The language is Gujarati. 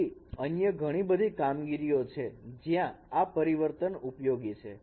બીજી અન્ય ઘણી બધી કામગીરીઓ છે જ્યાં આ પરિવર્તન ઉપયોગી છે